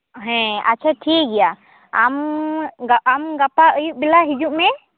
ᱦᱮᱸ ᱟᱪᱪᱷᱟ ᱴᱷᱤᱠ ᱜᱮᱭᱟ ᱟᱢ ᱟᱢ ᱜᱟᱯᱟ ᱟᱹᱭᱩᱵ ᱵᱮᱞᱟ ᱦᱤᱡᱩᱜ ᱢᱮ